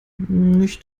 nicht